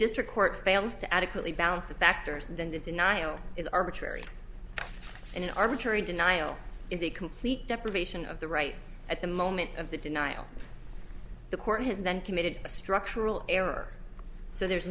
district court fails to adequately balance the factors and then the denial is arbitrary and an arbitrary denial is a complete deprivation of the right at the moment of the denial the court has then committed a structural error so there